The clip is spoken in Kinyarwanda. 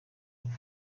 nka